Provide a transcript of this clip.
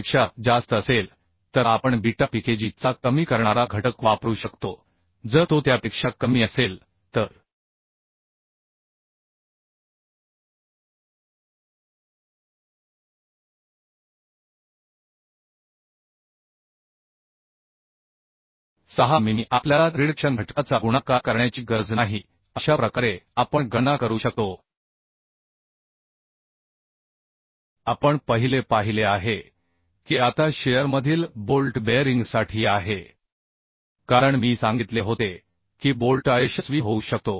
पेक्षा जास्त असेल तर आपण बीटा Pkg चा कमी करणारा घटक वापरू शकतो जर तो त्यापेक्षा कमी असेल तर 6 मिमी आपल्याला रिडक्शन घटकाचा गुणाकार करण्याची गरज नाही अशा प्रकारे आपण गणना करू शकतो आपण पहिले पाहिले आहे की आता शियरमधील बोल्ट बेअरिंगसाठी आहे कारण मी सांगितले होते की बोल्ट अयशस्वी होऊ शकतो